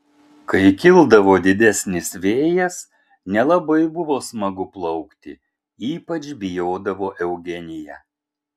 kai kildavo didesnis vėjas nelabai buvo smagu plaukti ypač bijodavo eugenija